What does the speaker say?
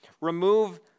remove